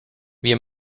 wir